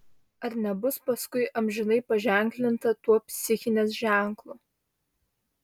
ar nebus paskui amžinai paženklinta tuo psichinės ženklu